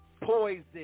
poison